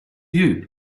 you